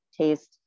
taste